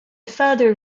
father